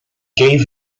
gave